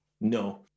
No